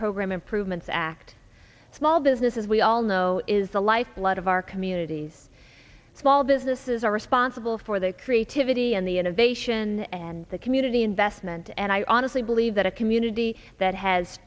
program improvements act small businesses we all know is the lifeblood of our communities small businesses are responsible for their creativity and the innovation and the community investment and i honestly believe that a community that has